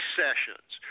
sessions